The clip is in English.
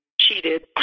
cheated